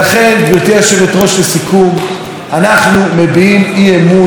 אנחנו מביעים אי-אמון בראש הממשלה ובממשלה